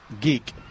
geek